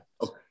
Okay